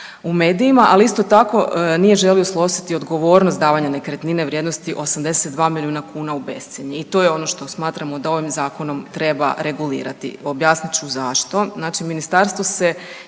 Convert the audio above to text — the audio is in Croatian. u medijima, ali isto tako, nije želio snositi odgovornost davanja nekretnine vrijednosti 82 milijuna kuna u bescjenje i to je ono što smatramo da ovim Zakonom treba regulirati. Objasnit ću zašto.